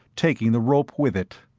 taking the rope with it.